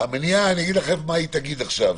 אני אגיד לכם מה היא תגיד עכשיו,